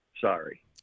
Sorry